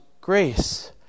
grace